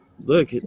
Look